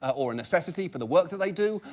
ah or a necessity for the work that they do.